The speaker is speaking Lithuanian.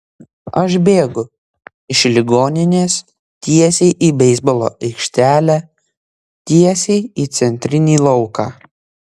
aš bėgu iš ligoninės tiesiai į beisbolo aikštelę tiesiai į centrinį lauką